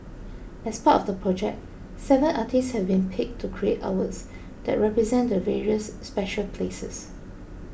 as part of the project seven artists have been picked to create artworks that represent the various special places